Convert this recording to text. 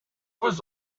was